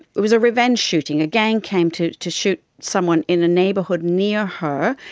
it was a revenge shooting, a gang came to to shoot someone in a neighbourhood near her.